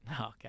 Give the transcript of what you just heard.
Okay